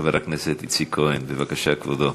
חבר הכנסת איציק כהן, בבקשה, כבודו.